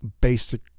basic